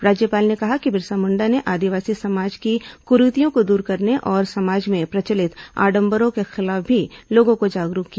राज्यपाल ने कहा कि बिरसा मुंडा ने आदिवासी समाज की क्रीतियों को दूर करने और समाज में प्रचलित आडम्बरों के खिलाफ भी लोगों को जागरूक किया